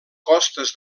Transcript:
costes